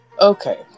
Okay